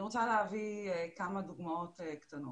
אני רוצה להביא כמה דוגמאות קטנות.